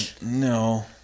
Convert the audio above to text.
No